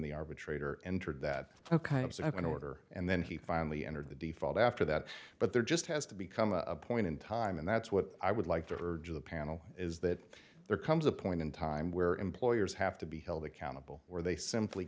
the arbitrator entered that ok it's i'm going to order and then he finally entered the default after that but there just has to become a point in time and that's what i would like to urge the panel is that there comes a point in time where employers have to be held accountable where they simply